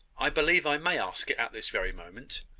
i believe i may ask it at this very moment.